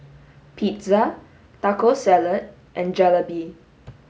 pizza taco salad and Jalebi